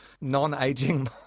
non-aging